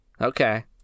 Okay